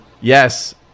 Yes